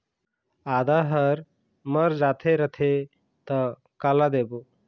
आदा हर मर जाथे रथे त काला देबो?